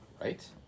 right